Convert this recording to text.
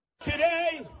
Today